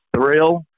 thrill